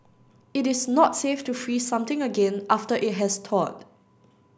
it is not safe to freeze something again after it has thawed